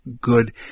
good